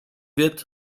wird